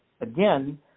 again